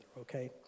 okay